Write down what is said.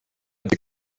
des